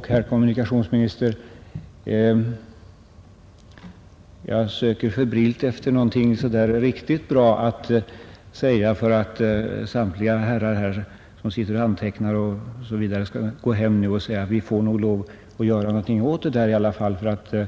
Fru talman! Jag söker här febrilt efter någonting riktigt bra att säga för att samtliga herrar som sitter här och antecknar skall kunna gå hem till departementet och förklara att vi måste nog i alla fall göra något åt detta,